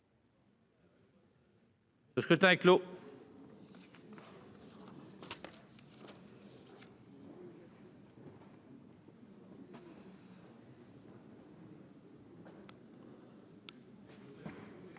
Le scrutin est clos.